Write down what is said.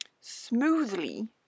smoothly